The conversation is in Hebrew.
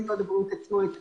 גם של משרד הבריאות על עצמו,